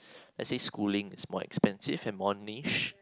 let say schooling is more expensive and more niche